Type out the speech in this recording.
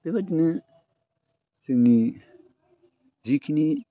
बेबायदिनो जोंनि जिखिनि